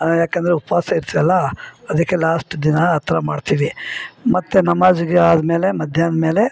ಯಾಕಂದರೆ ಉಪವಾಸ ಇರ್ತಿವಲ್ಲ ಅದಕ್ಕೆ ಲಾಸ್ಟ್ ದಿನ ಆ ಥರ ಮಾಡ್ತೀವಿ ಮತ್ತು ನಮಾಜ್ಗೆ ಆದಮೇಲೆ ಮಧ್ಯಾನ್ಮೇಲೆ